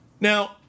Now